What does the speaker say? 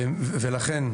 לכן,